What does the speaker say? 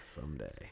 Someday